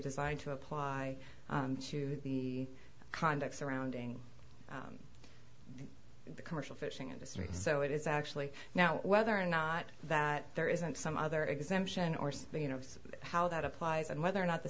designed to apply to the conduct surrounding the commercial fishing industry so it is actually now whether or not that there isn't some other exemption orse you know how that applies and whether or not the